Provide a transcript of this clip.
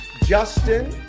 Justin